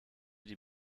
die